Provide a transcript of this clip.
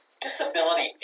disability